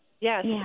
Yes